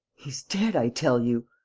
he's dead, i tell you.